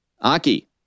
Aki